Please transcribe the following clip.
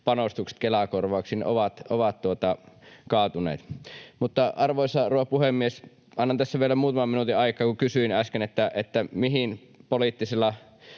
panostukset Kela-korvauksiin ovat kaatuneet. Arvoisa rouva puhemies! Annan tässä vielä muutaman minuutin aikaa, kun kysyin äsken, mistä muualta poliittisella